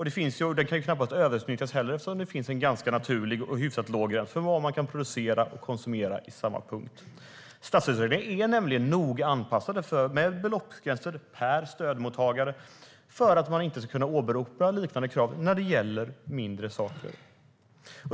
Detta kan knappast heller överutnyttjas eftersom det under samma punkt finns en ganska naturlig och hyfsat låg gräns för vad man kan producera och konsumera. Statsstödsreglerna är nämligen noga anpassade med beloppsgränser per stödmottagare för att man inte ska kunna åberopa liknande krav när det gäller mindre saker.